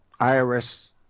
IRS